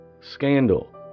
scandal